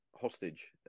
Hostage